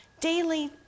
daily